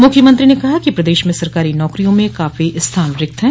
मुख्यमंत्री ने कहा कि प्रदेश में सरकारी नौकरियों में काफी स्थान रिक्त है